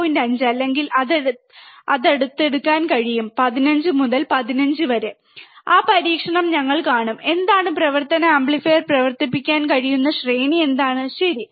5 അല്ലെങ്കിൽ അടുത്തടുക്കാൻ കഴിയും 15 മുതൽ 15 വരെ ആ പരീക്ഷണം ഞങ്ങൾ കാണും എന്താണ് പ്രവർത്തന ആംപ്ലിഫയർ പ്രവർത്തിക്കാൻ കഴിയുന്ന ശ്രേണി എന്താണ് ശരി